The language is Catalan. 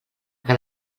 que